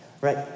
right